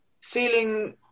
feeling